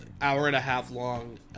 hour-and-a-half-long